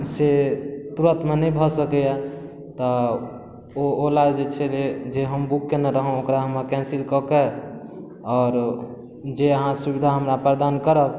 से तुरन्तमे नहि भऽ सकैए तऽ ओ ओला जे छलै जे हम बुक केने रहौँ से हमरा कैन्सिल कऽ आओर जे अहाँ सुविधा हमरा प्रदान करब